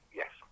yes